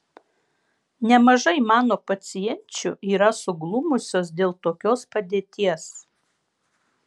nemažai mano pacienčių yra suglumusios dėl tokios padėties